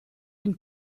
den